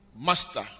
Master